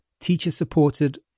teacher-supported